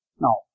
now